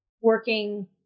working